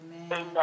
Amen